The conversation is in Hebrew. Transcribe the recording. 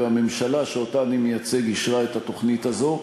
והממשלה שאותה אני מייצג אישרה את התוכנית הזאת.